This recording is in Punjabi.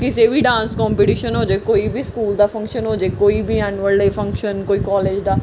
ਕਿਸੇ ਵੀ ਡਾਂਸ ਕੋਂਪੀਟੀਸ਼ਨ ਹੋ ਜਾਵੇ ਕੋਈ ਵੀ ਸਕੂਲ ਦਾ ਫੰਕਸ਼ਨ ਹੋ ਜਾਵੇ ਕੋਈ ਵੀ ਐਨੂਅਲ ਡੇਅ ਫੰਕਸ਼ਨ ਕੋਈ ਕੋਲਜ ਦਾ